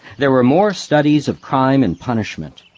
there were more studies of crime and punishment,